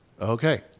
okay